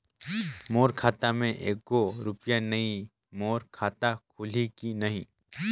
मोर खाता मे एको रुपिया नइ, मोर खाता खोलिहो की नहीं?